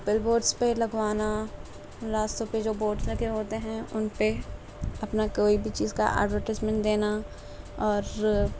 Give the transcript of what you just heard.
پل boards پہ لگوانا راستوں پہ جو بورڈ لگے ہوتے ہیں ان پہ اپنا کوئی بھی چیز کا ایڈورٹائزمنٹ دینا اور